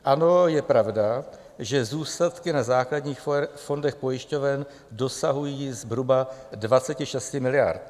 Ano, je pravda, že zůstatky na základních fondech pojišťoven dosahují zhruba 26 miliard.